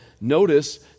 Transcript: notice